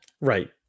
Right